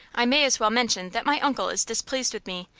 i may as well mention that my uncle is displeased with me,